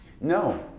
No